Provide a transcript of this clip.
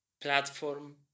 platform